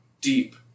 deep